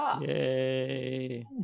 Yay